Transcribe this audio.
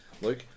Luke